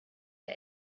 der